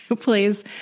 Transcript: Please